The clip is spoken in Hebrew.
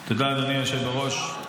תודה, אדוני היושב בראש.